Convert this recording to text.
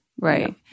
Right